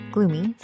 Gloomy